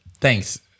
Thanks